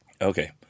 okay